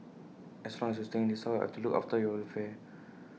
as long as you are staying in this house I've to look after your welfare